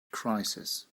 crisis